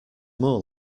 more